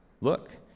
Look